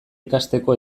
ikasteko